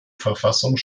verfassung